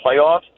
playoffs